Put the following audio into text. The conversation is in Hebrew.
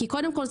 קודם כל,